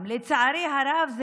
לצערי הרב,